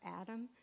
Adam